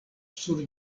sur